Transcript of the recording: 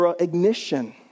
ignition